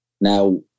now